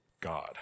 God